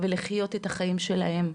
ולחיות את החיים שלהם,